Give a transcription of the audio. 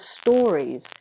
stories